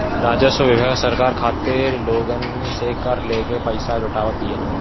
राजस्व विभाग सरकार खातिर लोगन से कर लेके पईसा जुटावत बिया